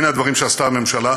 הנה הדברים שעשתה הממשלה,